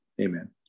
Amen